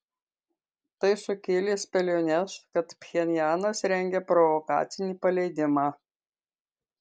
tai sukėlė spėliones kad pchenjanas rengia provokacinį paleidimą